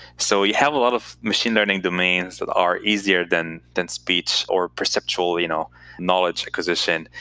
so we have a lot of machine learning domains that are easier than than speech or perceptual you know knowledge acquisition.